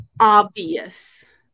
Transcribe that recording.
obvious